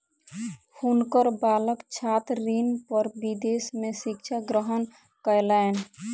हुनकर बालक छात्र ऋण पर विदेश में शिक्षा ग्रहण कयलैन